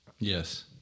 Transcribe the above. Yes